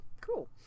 cool